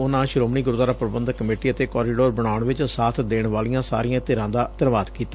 ਉਨੁਾਂ ਸ਼ੋਮਣੀ ਗੁਰਦੁਆਰਾ ਪ੍ਰਬੰਧਕ ਕਮੇਟੀ ਅਤੇ ਕੋਰੀਡੋਰ ਬਣਾਉਣ ਚ ਸਾਬ ਦੇਣ ਵਾਲੀਆਂ ਸਾਰੀਆਂ ਧਿਰਾਂ ਦਾ ਧੰਨਵਾਦ ਕੀਤਾ